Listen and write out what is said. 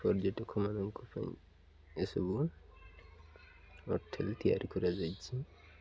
ପର୍ଯ୍ୟଟକମାନଙ୍କ ପାଇଁ ଏସବୁ ହୋଟେଲ୍ ତିଆରି କରାଯାଇଛିି